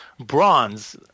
Bronze